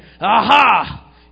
Aha